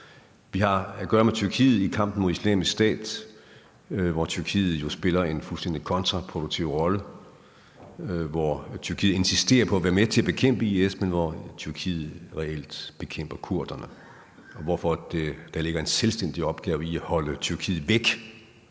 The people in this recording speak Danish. Vi har at gøre med Tyrkiet i kampen mod Islamisk Stat, hvor Tyrkiet spiller en fuldstændig kontraproduktiv rolle, hvor Tyrkiet insisterer på at være med til at bekæmpe IS, men hvor Tyrkiet reelt bekæmper kurderne – hvorfor der ligger en selvstændig opgave i at holde Tyrkiet væk